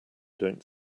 don’t